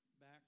back